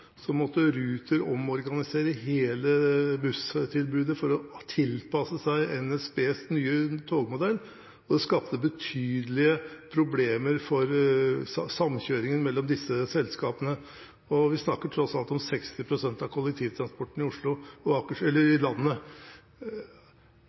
2012 måtte Ruter omorganisere hele busstilbudet for å tilpasse seg NSBs nye togmodell, og det skapte betydelige problemer for samkjøringen mellom disse selskapene. Vi snakker tross alt om 60 pst. av kollektivtransporten i